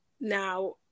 Now